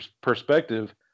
perspective